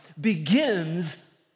begins